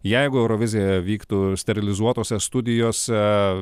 jeigu eurovizija vyktų sterilizuotose studijose